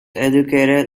educated